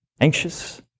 anxious